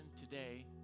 today